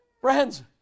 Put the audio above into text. Friends